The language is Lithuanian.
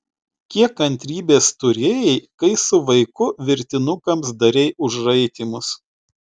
kiek kantrybės turėjai kai su vaiku virtinukams darei užraitymus